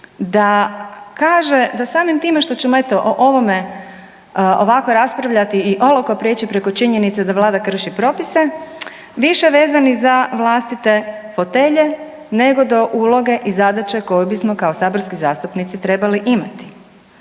da kaže da samim time što ćemo eto o ovome ovako raspravljati i olako prijeći preko činjenice da vlada krši propise više vezani za vlastite fotelje nego do uloge i zadaće koju bismo kao saborski zastupnici trebali imati.